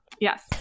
Yes